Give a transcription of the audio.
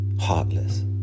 heartless